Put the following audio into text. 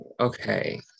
okay